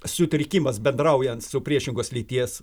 sutrikimas bendraujant su priešingos lyties